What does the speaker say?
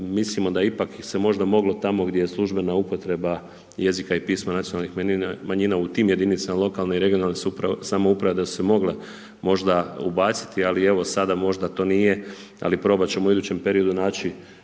Mislimo da ipak se možda moglo tamo gdje je službena upotreba jezika i pisma nacionalnih manjina u tim jedinicama lokalne i regionalne samouprave da su mogla možda ubaciti ali evo sada možda to nije, ali probati ćemo u idućem periodu naći